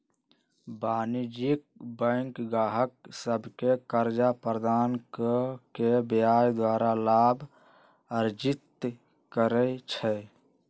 वाणिज्यिक बैंक गाहक सभके कर्जा प्रदान कऽ के ब्याज द्वारा लाभ अर्जित करइ छइ